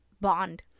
bond